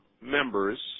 members